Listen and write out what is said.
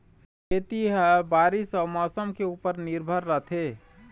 खेती ह बारीस अऊ मौसम के ऊपर निर्भर रथे